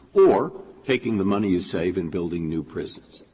or taking the money you save and building new prisons.